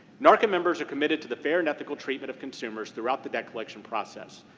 narca members are committed to the fair and ethical treatment of consumers throughout the debt collection process.